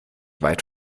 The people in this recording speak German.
weit